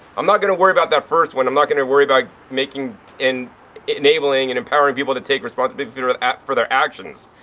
i'm not going to worry about that first one. i'm not going to worry about making and enabling and empowering people to take responsibility you know for their actions,